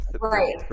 Right